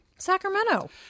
Sacramento